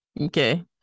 Okay